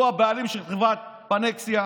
שהוא הבעלים של חברת פניציה,